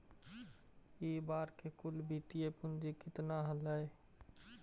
इ बार के कुल वित्तीय पूंजी केतना हलइ?